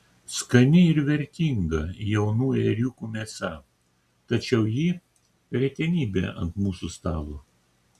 skani ir vertinga jaunų ėriukų mėsa tačiau ji retenybė ant mūsų stalo